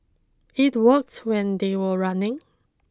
it worked when they were running